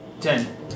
Ten